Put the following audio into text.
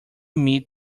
meet